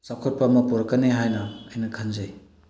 ꯆꯥꯎꯈꯠꯄ ꯑꯃ ꯄꯨꯔꯛꯀꯅꯤ ꯍꯥꯏꯅ ꯑꯩꯅ ꯈꯟꯖꯩ